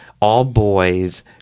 all-boys